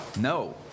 No